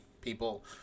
people